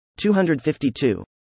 252